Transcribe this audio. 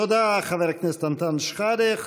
תודה, חבר הכנסת אנטאנס שחאדה.